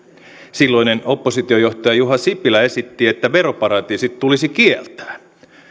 silloinen oppositiojohtaja juha sipilä esitti että veroparatiisit tulisi kieltää